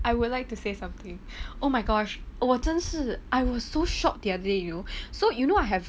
I would like to say something oh my gosh 我真是 I was so shocked the other day you know so you know I have